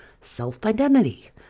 Self-identity